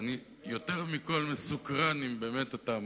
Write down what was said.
אני יותר מכול מסוקרן אם באמת אתה מקשיב.